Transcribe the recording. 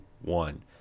one